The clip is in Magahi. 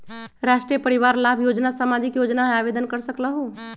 राष्ट्रीय परिवार लाभ योजना सामाजिक योजना है आवेदन कर सकलहु?